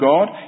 God